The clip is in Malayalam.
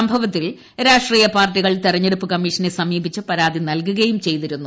സംഭവത്തിൽ രാഷ്ട്രീയ പാർട്ടികൾ തിരഞ്ഞെടുപ്പ് കമ്മീഷനെ സമീപിച്ച് പരാതി നൽകുകയും ചെയ്തിരുന്നു